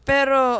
Pero